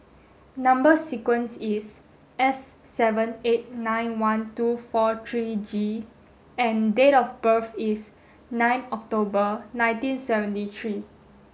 number sequence is S seven eight nine one two four three G and date of birth is nine October nineteen seventy three